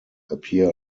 appear